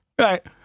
Right